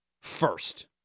first